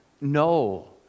no